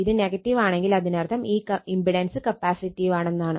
ഇത് ആണെങ്കിൽ അതിനർത്ഥം ഈ ഇമ്പിടൻസ് കപ്പാസിറ്റീവ് ആണെന്നാണ്